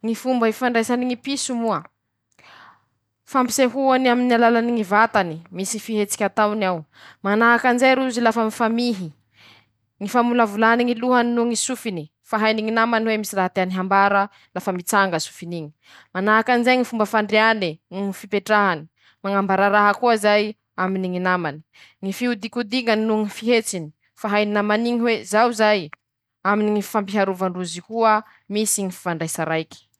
Ñy fomba ifandraisany ñy piso moa, haaaa fampisehoany aminy alalany ñy vatany misy fihetsiky ataony ao: -manahaky anizay rozy lafa mifamihy, ñy famolavolany ñy lohany noho ñy sofiny; fa hainy ñy namany hoe misy raha tiany hambara lafa mitsanga sofiny iñy. -, manahaky anizay ñy fomba fandriany eee, noho fipetrany mañambara raha koa zay aminy ñy namany n.- ñy fihodikodiñany noho ñy fihetsiny fa hainy namany iñy hoe zao zay; aminy ñy fifampiharovandrozy koa misy fifandraisa raiky.